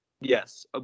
Yes